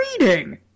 reading